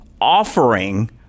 offering